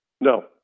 No